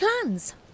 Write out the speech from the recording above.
plans